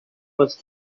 was